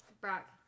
Brock